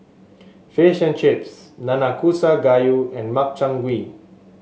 Fish and Chips Nanakusa Gayu and Makchang Gui